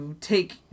take